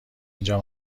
اینجا